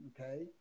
okay